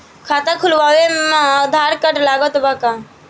खाता खुलावे म आधार कार्ड लागत बा का?